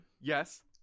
Yes